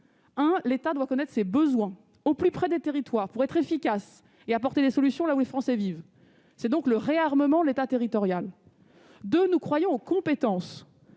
l'État doit connaître ses besoins, au plus près des territoires, pour être efficace et apporter des solutions là où les Français vivent. Il s'agit donc du réarmement de l'État territorial. Deuxièmement, nous croyons aux compétences.